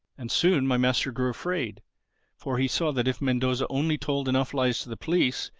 and soon my master grew afraid for he saw that if mendoza only told enough lies to the police,